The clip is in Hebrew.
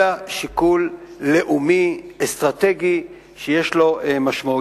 אלא שיקול לאומי אסטרטגי, שיש לו משמעויות,